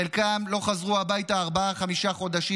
חלקם לא חזרו הביתה ארבעה-חמישה חודשים.